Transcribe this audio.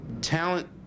talent